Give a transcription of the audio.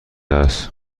است